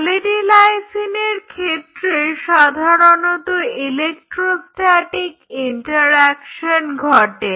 পলি D লাইসিনের ক্ষেত্রে সাধারণত ইলেকট্রোস্ট্যাটিক ইন্টারঅ্যাকশন ঘটে